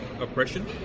oppression